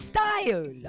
Style